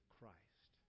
Christ